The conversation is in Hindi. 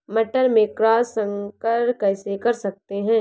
मटर में क्रॉस संकर कैसे कर सकते हैं?